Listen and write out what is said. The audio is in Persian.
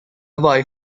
وای